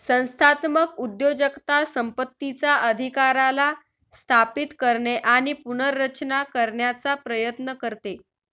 संस्थात्मक उद्योजकता संपत्तीचा अधिकाराला स्थापित करणे आणि पुनर्रचना करण्याचा प्रयत्न करते